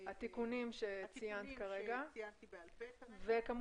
התיקונים שציינתי בעל פה כרגע.